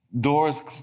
doors